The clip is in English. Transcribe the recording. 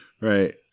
right